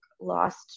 lost